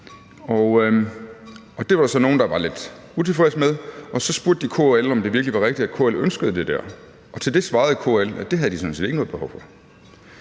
Det var der så nogle der var lidt utilfredse med, og de spurgte KL, om det virkelig var rigtigt, at KL ønskede det der, og til det svarede KL, at det havde de sådan set ikke noget behov for,